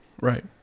Right